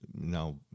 now